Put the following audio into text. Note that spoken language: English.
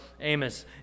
Amos